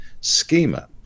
schema